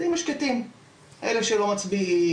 אלה שלא מצביעים,